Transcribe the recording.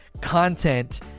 content